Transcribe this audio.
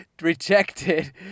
rejected